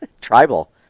tribal